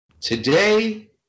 Today